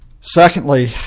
Secondly